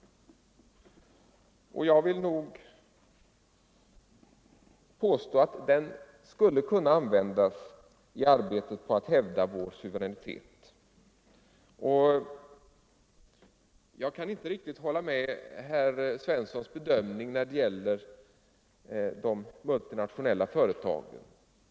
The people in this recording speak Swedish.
Jag vill nog påstå att den skulle kunna användas i arbetet på att hävda vår suveränitet. Jag kan inte riktigt acceptera herr Svenssons i Malmö bedömning när det gäller de multinationella företagen.